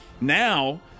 Now